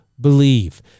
believe